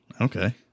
okay